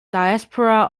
diaspora